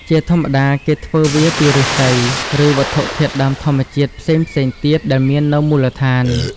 ជាធម្មតា គេធ្វើវាពីឫស្សី ឬវត្ថុធាតុដើមធម្មជាតិផ្សេងៗទៀតដែលមាននៅមូលដ្ឋាន។